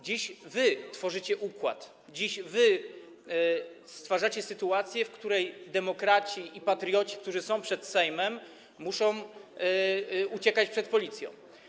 Dziś wy tworzycie układ, dziś wy stwarzacie sytuację, w której demokraci i patrioci, którzy są przed Sejmem, muszą uciekać przed policją.